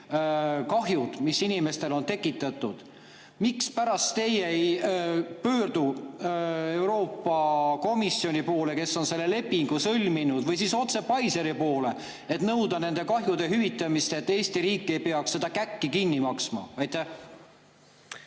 mis inimestele on tekitatud. Mispärast teie ei pöördu Euroopa Komisjoni poole, kes on selle lepingu sõlminud, või siis otse Pfizeri poole, et nõuda nende kahjude hüvitamist, et Eesti riik ei peaks seda käkki kinni maksma?